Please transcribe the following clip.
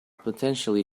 potentially